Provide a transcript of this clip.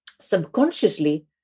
subconsciously